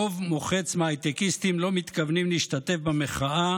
רוב מוחץ מההייטקיסטים לא מתכוונים להשתתף במחאה